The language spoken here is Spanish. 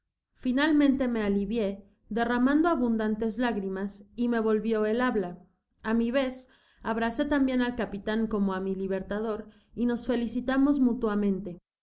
finalmente me alivié derramando abundantes lágrimas y me volvio el babia a mi vez abracé tambien al capitan como á mi libertador y nos felicitamos mútuamente